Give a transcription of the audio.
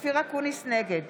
נגד